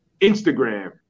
Instagram